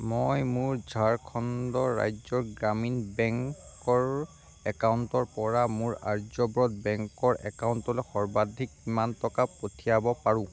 মই মোৰ ঝাৰখণ্ডৰ ৰাজ্যৰ গ্ৰামীণ বেংকৰ একাউণ্টৰ পৰা মোৰ আৰ্যব্ৰত বেংকৰ একাউণ্টলৈ সৰ্বাধিক কিমান টকা পঠিয়াব পাৰো